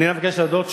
אני רק מבקש להודות,